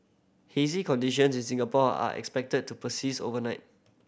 hazy conditions in Singapore are expected to persist overnight